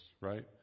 right